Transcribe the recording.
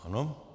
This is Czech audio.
Ano.